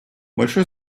большое